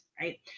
right